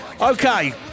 Okay